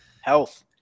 health